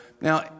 Now